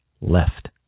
left